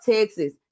Texas